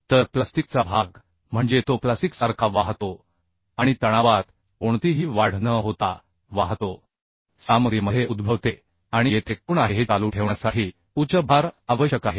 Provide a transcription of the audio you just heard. तर प्लास्टिकचा भाग म्हणजे तो प्लास्टिकसारखा वाहतो आणि तणावात कोणतीही वाढ न होता वाहतो ताण वाढतो तेव्हा बिंदू E DE De पर्यंत म्हणजे बिंदू D वर पोहोचल्यानंतर ताण कडक होतो सामग्रीमध्ये उद्भवते आणि येथे कोण आहे हे चालू ठेवण्यासाठी उच्च भार आवश्यक आहे